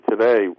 today